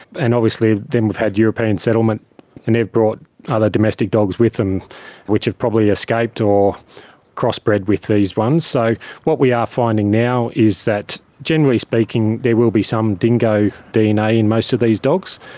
and obviously then we've had european settlement and they've brought other domestic dogs with them which had probably escaped or crossbred with these ones. so what we are finding now is that generally speaking there will be some dingo dna in most of these dogs,